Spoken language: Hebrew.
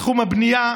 בתחום הבנייה,